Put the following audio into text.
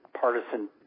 partisan